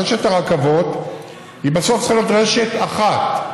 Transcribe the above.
רשת הרכבות בסוף צריכה להיות רשת אחת,